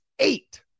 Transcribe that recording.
eight